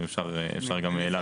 אבל אפשר להצטרף גם אליו.